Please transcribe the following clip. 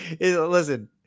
listen